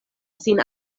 sin